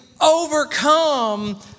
overcome